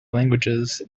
languages